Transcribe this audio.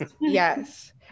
yes